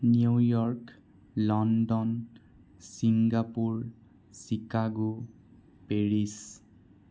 New York London Singapore Chicago Paris